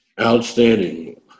Outstanding